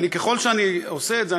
ככל שאני עושה את זה,